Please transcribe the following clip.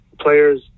Players